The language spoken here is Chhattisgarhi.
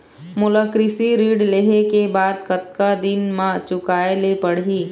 मोला कृषि ऋण लेहे के बाद कतका दिन मा चुकाए ले पड़ही?